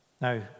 Now